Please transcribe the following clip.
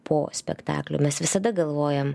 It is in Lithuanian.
po spektaklio mes visada galvojame